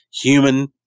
human